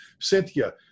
Cynthia